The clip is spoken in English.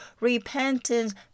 repentance